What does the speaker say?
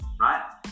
Right